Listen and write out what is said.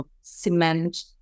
cement